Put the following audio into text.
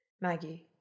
Maggie